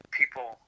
people